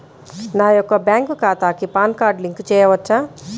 నా యొక్క బ్యాంక్ ఖాతాకి పాన్ కార్డ్ లింక్ చేయవచ్చా?